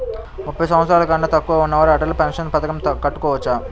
ముప్పై సంవత్సరాలకన్నా తక్కువ ఉన్నవారు అటల్ పెన్షన్ పథకం కట్టుకోవచ్చా?